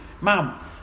ma'am